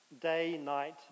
day-night